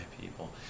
people